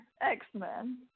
X-Men